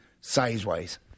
size-wise